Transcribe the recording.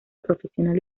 profesional